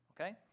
okay